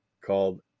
called